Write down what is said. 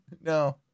No